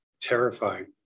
terrified